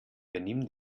benimm